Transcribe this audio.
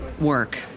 work